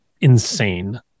insane